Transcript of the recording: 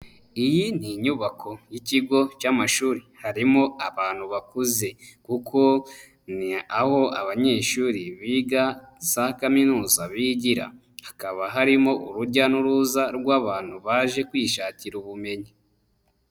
Iyi ni inyubako y'ikigo cy'amashuri. Harimo abantu bakuze kuko ni aho abanyeshuri biga za kaminuza bigira. Hakaba harimo urujya n'uruza rw'abantu baje kwishakira ubumenyi.